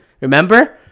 Remember